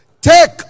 take